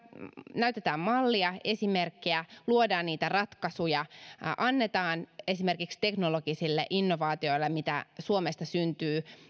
näytetään mallia esimerkkejä luodaan niitä ratkaisuja annetaan esimerkiksi teknologisille innovaatioille mitä suomesta syntyy